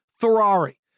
Ferrari